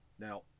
Now